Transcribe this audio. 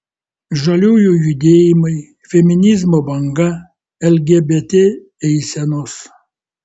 žaliųjų judėjimai feminizmo banga lgbt eisenos